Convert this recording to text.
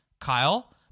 Kyle